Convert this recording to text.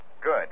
Good